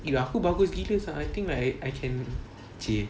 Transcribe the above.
eh aku bagus gila sia I think like I can !chey!